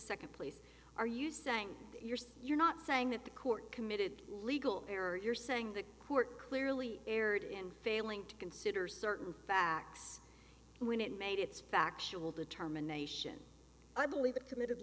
second place are you saying that you're saying you're not saying that the court committed legal error you're saying the court clearly erred in failing to consider certain facts when it made its factual determination i believe that committed